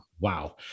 Wow